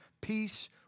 peace